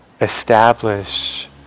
establish